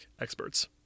experts